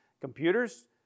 computers